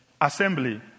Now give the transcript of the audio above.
Assembly